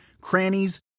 crannies